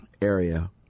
area